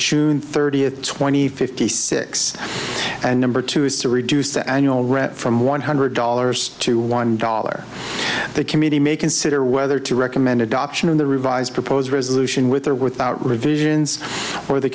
june thirtieth twenty fifty six and number two is to reduce the annual rent from one hundred dollars to one dollar the committee may consider whether to recommend adoption of the revised proposed resolution with or without resistance or the